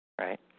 Right